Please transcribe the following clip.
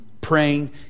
praying